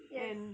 yes